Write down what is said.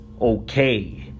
Okay